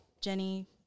Jenny